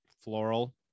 floral